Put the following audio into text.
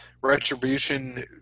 Retribution